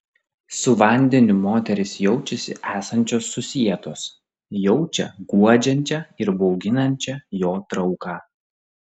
su vandeniu moterys jaučiasi esančios susietos jaučia guodžiančią ir bauginančią jo trauką